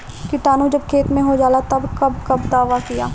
किटानु जब खेत मे होजाला तब कब कब दावा दिया?